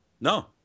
No